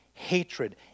Hatred